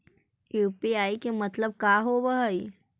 UPI मतलब का होब हइ?